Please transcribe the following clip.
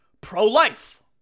pro-life